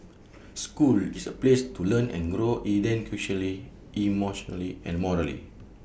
school is A place to learn and grow educationally emotionally and morally